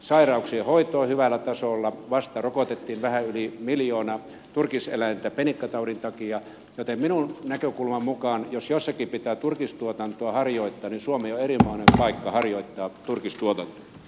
sairauksien hoito on hyvällä tasolla vasta rokotettiin vähän yli miljoona turkiseläintä penikkataudin takia joten minun näkökulmani mukaan jos jossakin pitää turkistuotantoa harjoitta niin suomi on erinomainen paikka harjoittaa turkistuotantoa